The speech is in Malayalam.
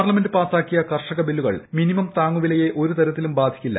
പാർലമെന്റ് പാസാക്കിയ കാർഷിക ബില്ലുകൾ മിനിമം താങ്ങുവിലയെ ഒരു തരത്തിലും ബാധിക്കില്ല